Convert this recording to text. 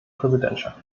präsidentschaft